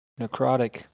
necrotic